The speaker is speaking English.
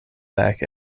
back